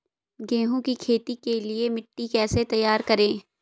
गेहूँ की खेती के लिए मिट्टी कैसे तैयार करें?